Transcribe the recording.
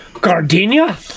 Gardenia